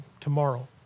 tomorrow